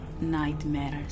nightmares